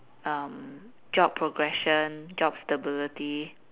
um job progression job stability